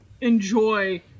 enjoy